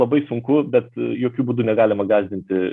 labai sunku bet jokiu būdu negalima gąsdinti